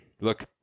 look